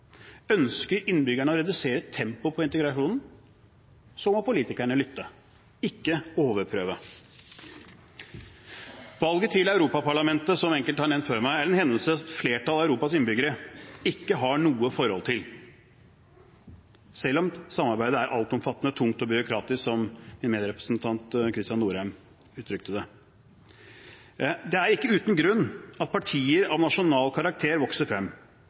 Ønsker innbyggerne å redusere tempoet på integrasjonen, så må politikerne lytte, ikke overprøve. Valget til Europaparlamentet er, som enkelte har nevnt før meg, en hendelse flertallet av Europas innbyggere ikke har noe forhold til, selv om samarbeidet er for altomfattende, for tungt og byråkratisk, som min medrepresentant Kristian Norheim uttrykte det. Det er ikke uten grunn at partier av nasjonal karakter vokser frem.